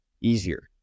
easier